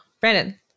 Brandon